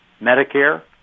medicare